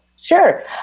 Sure